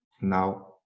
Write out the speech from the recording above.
now